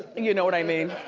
you know what i mean?